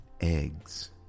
eggs